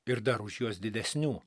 ir dar už juos didesnių